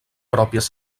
pròpies